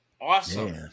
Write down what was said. Awesome